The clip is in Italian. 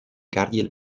gardiel